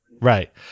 Right